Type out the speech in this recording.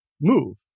move